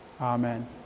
Amen